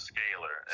Scalar